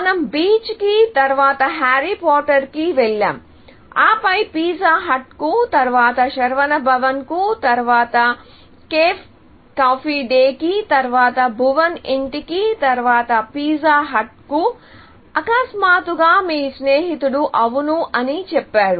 మనం బీచ్ కి తరువాత హ్యారీ పోర్టర్ కి వెళ్దాం ఆపై పిజ్జా హట్కు తరువాత శరవణ భవన్కు తరువాత కేఫ్ కాఫీ డేకి తరువాత భువాన్ ఇంటికి తరువాత పిజ్జా హట్కు అకస్మాత్తుగా మీ స్నేహితుడు అవును అని చెప్పారు